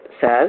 says